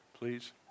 please